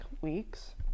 weeks